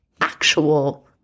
actual